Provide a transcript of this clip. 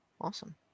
Awesome